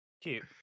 Cute